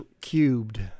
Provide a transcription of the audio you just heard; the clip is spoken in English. Cubed